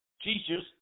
teachers